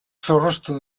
zorroztu